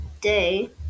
day